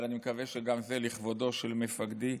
אבל אני מקווה שגם זה לכבודו של מפקדי,